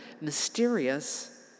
mysterious